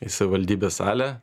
į savivaldybės salę